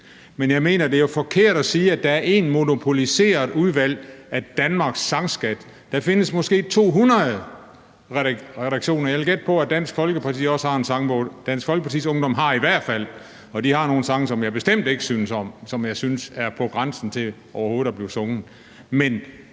men jeg mener, det er forkert at sige, at der er ét monopoliseret udvalg af Danmarks sangskat. Der findes måske 200 redaktioner. Jeg vil gætte på, at Dansk Folkeparti også har en sangbog. Dansk Folkepartis Ungdom har i hvert fald, og de har nogle sange, som jeg bestemt ikke synes om, og som jeg synes er på grænsen til overhovedet at kunne blive sunget. Det,